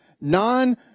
non